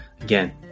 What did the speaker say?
again